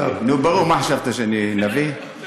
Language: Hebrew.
נו, ברור, מה חשבת, שאני נביא?